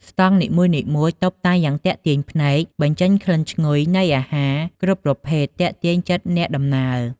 ស្តង់នីមួយៗតុបតែងយ៉ាងទាក់ទាញភ្នែក បញ្ចេញក្លិនឈ្ងុយនៃអាហារគ្រប់ប្រភេទទាក់ទាញចិត្តអ្នកដំណើរ។